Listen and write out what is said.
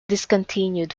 discontinued